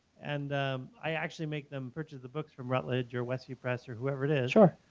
and i actually make them purchase the books from rutledge, or westview press, or whoever it is. sure.